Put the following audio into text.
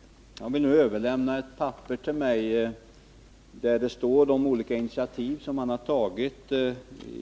Olof Johansson vill nu överlämna ett papper till mig, som tar upp de olika initiativ som han tagit i